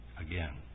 again